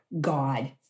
God